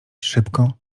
szybko